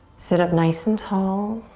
sit up nice and tall.